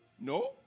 No